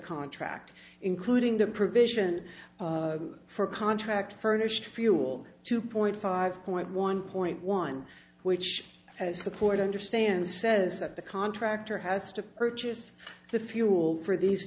contract including the provision for contract furnished fuel two point five point one point one which as the court understand says that the contractor has to purchase the fuel for these